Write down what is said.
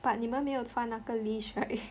but 你们没有穿那个 leash right